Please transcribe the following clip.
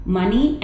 money